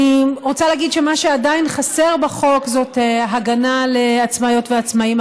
אני רוצה להגיד שמה שעדיין חסר בחוק זאת הגנה לעצמאיות ועצמאיים,